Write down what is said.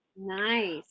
Nice